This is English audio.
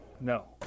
No